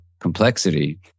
complexity